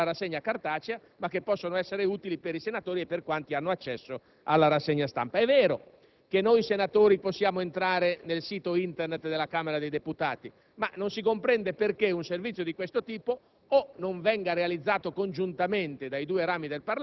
cartacea, potrebbero rappresentare uno spreco, ma che possono essere utili per i senatori e per quanti hanno accesso alla rassegna stampa. È vero che noi senatori possiamo accedere al sito Internet della Camera dei deputati, ma non si comprende perché un servizio di questo tipo